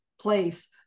place